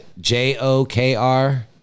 J-O-K-R